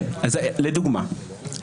לדוגמה,